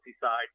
side